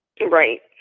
right